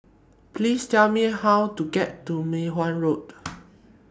Please Tell Me How to get to Mei Hwan Road